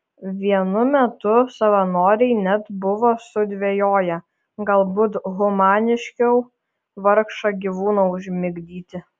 vienu metu savanoriai net buvo sudvejoję galbūt humaniškiau vargšą gyvūną užmigdyti